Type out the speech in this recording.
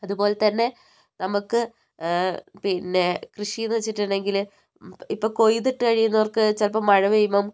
അതുപോലെത്തന്നെ നമുക്ക് പിന്നെ കൃഷിന്ന് വെച്ചിട്ടുണ്ടെങ്കിൽ ഇപ്പം കൊയിതിട്ടഴിയുന്നോർക്ക് ചിലപ്പം മഴ പെയ്യുമ്പം